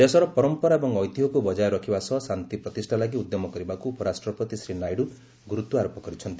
ଦେଶର ପରମ୍ପରା ଏବଂ ଐତିହ୍ୟକୁ ବଜାୟ ରଖିବା ସହ ଶାନ୍ତି ପ୍ରତିଷ୍ଠା ଲାଗି ଉଦ୍ୟମ କରିବାକୁ ଉପରାଷ୍ଟ୍ରପତି ଶ୍ରୀ ନାଇଡୁ ଗୁରୁତ୍ୱାରୋପ କରିଛନ୍ତି